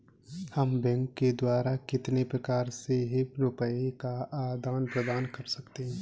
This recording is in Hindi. हम बैंक द्वारा कितने प्रकार से रुपये का आदान प्रदान कर सकते हैं?